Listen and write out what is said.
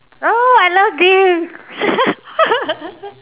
oh I love this